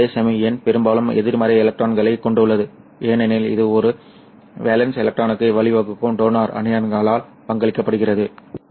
அதேசமயம் N பெரும்பாலும் எதிர்மறை எலக்ட்ரான்களைக் கொண்டுள்ளது ஏனெனில் இது ஒரு வேலன்ஸ் எலக்ட்ரானுக்கு வழிவகுக்கும் டோனார் அயனிகளால் பங்களிக்கப்படுகிறது